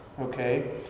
okay